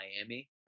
miami